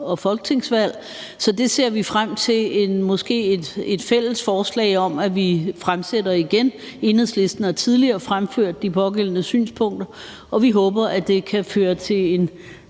og folketingsvalg, så det ser vi frem til at der måske kan fremsættes et fælles forslag om. Enhedslisten har tidligere fremført de pågældende synspunkter, og vi håber, at det kan føre til en